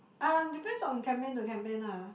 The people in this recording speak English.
um depends on campaign to campaign lah